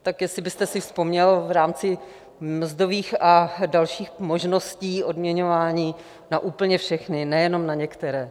Tak jestli byste si vzpomněl v rámci mzdových a dalších možností odměňování na úplně všechny, ne jenom na některé.